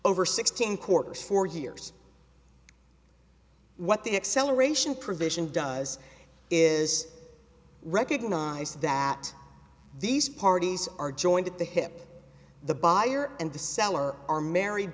over sixteen quarters four years what the acceleration provision does is recognize that these parties are joined at the hip the buyer and the seller are married